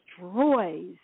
destroys